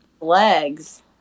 legs